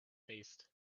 faced